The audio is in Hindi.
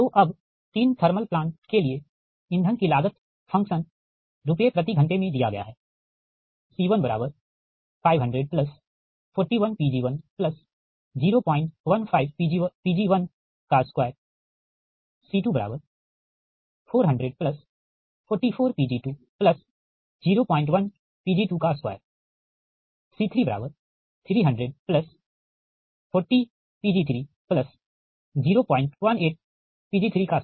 तो तीन थर्मल प्लांट के लिए ईंधन की लागत फ़ंक्शन रुपये प्रति घंटे में दिया गया है C150041 Pg1015 Pg12 C240044Pg201 Pg22 C330040Pg3018 Pg32